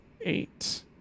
eight